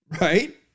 right